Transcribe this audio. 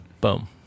Boom